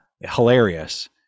Hilarious